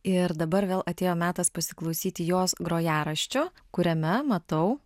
ir dabar vėl atėjo metas pasiklausyti jos grojaraščio kuriame matau